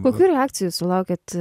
kokių reakcijų sulaukėt